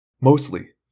Mostly